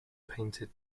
painted